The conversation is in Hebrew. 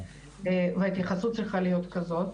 ההתייחסות צריכה להיות כזאת.